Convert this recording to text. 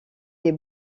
des